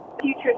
Future